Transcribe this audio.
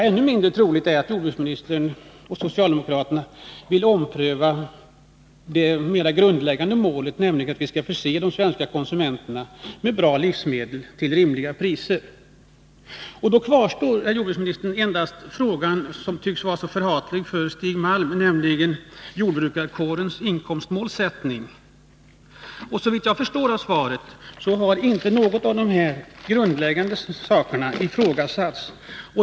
Ännu mindre troligt är att jordbruksministern och socialdemokraterna vill ompröva det mera grundläggande målet, att vi skall förse de svenska konsumenterna med bra livsmedel till rimliga priser. Då kvarstår, herr jordbruksminister, endast den fråga som tycks vara så förhatlig för Stig Malm, nämligen frågan om jordbrukarkårens inkomstmålsättning. Såvitt jag förstår av svaret har inte någon av de här grundläggande sakerna ifrågasatts.